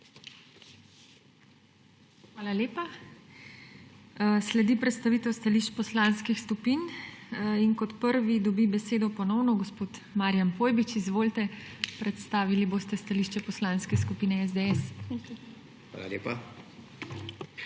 Hvala lepa. Sledi predstavitev stališč poslanskih skupin. Kot prvi dobi besedo ponovno gospod Marijan Pojbič. Izvolite, predstavili boste stališče Poslanske skupine SDS. **MARIJAN